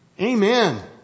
Amen